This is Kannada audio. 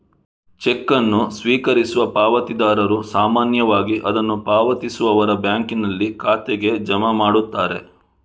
ಚೆಕ್ ಅನ್ನು ಸ್ವೀಕರಿಸುವ ಪಾವತಿದಾರರು ಸಾಮಾನ್ಯವಾಗಿ ಅದನ್ನು ಪಾವತಿಸುವವರ ಬ್ಯಾಂಕಿನಲ್ಲಿ ಖಾತೆಗೆ ಜಮಾ ಮಾಡುತ್ತಾರೆ